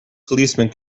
policemen